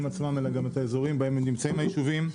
עצמם אלא גם את האזורים בהם נמצאים היישובים,